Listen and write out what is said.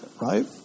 right